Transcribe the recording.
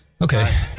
Okay